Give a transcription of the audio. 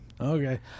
okay